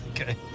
Okay